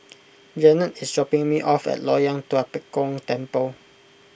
Jennette is dropping me off at Loyang Tua Pek Kong Temple